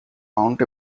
mount